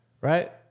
right